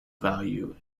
value